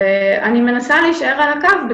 ניסיתי להישאר על הקו,